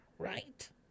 Right